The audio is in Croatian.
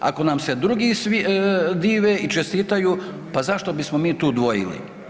Ako nam se drugi dive i čestitaju pa zašto bismo mi tu dvojili.